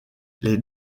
les